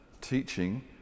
teaching